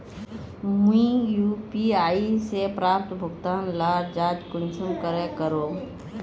मुई यु.पी.आई से प्राप्त भुगतान लार जाँच कुंसम करे करूम?